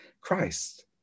Christ